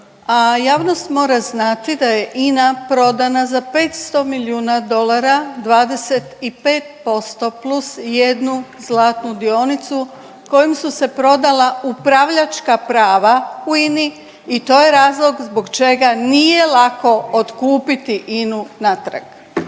a javnost mora znati da je INA prodana za 500 milijuna dolara 25% plus jednu zlatnu dionicu kojim su se prodala upravljačka prava u INA-i i to je razlog zbog čega nije lako otkupiti INA-u natrag.